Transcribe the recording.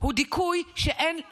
הוא דיכוי שאין להכחישו,